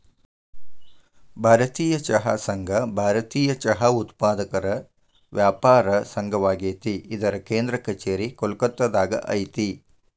ಭಾರತೇಯ ಚಹಾ ಸಂಘ ಭಾರತೇಯ ಚಹಾ ಉತ್ಪಾದಕರ ವ್ಯಾಪಾರ ಸಂಘವಾಗೇತಿ ಇದರ ಕೇಂದ್ರ ಕಛೇರಿ ಕೋಲ್ಕತ್ತಾದಾಗ ಐತಿ